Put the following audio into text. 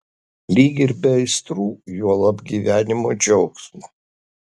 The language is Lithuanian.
lyg ir be aistrų juolab gyvenimo džiaugsmo